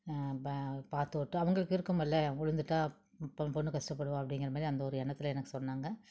ப பார்த்து ஓட்டு அவங்களுக்கு இருக்குமல்ல விழுந்துட்டா பொண்ணு கஷ்டப்படுவா அப்படிங்கிறமாரி அந்த ஒரு எண்ணத்தில் எனக்கு சொன்னாங்க